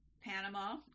Panama